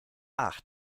ach